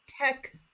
tech